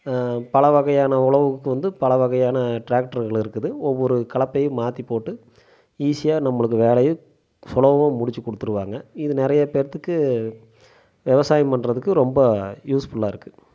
பலவகையான உழவுக்கு வந்து பலவகையான டிராக்டர்கள் இருக்குது ஒவ்வொரு கலப்பையும் மாற்றி போட்டு ஈஸியாக நம்மளுக்கு வேலையும் சுலபமாக முடிச்சு கொடுத்துருவாங்க இது நிறைய பேர்த்துக்கு விவசாயம் பண்ணுறதுக்கு ரொம்ப யூஸ் ஃபுல்லாக இருக்குது